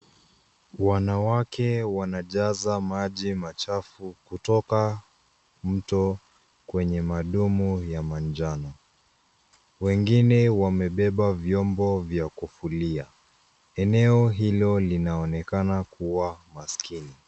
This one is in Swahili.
Wanawake wanajaza maji machafu kutoka mto, kwenye madumu ya manjano. Wengine wamebeba vyombo vya kufulia. Eneo hilo linaonekana kuwa maskini.